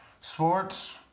Sports